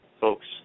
Folks